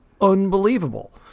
unbelievable